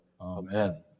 amen